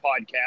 podcast